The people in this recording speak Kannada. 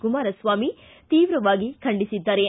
ಕುಮಾರಸ್ವಾಮಿ ತೀವ್ರವಾಗಿ ಖಂಡಿಸಿದ್ದಾರೆ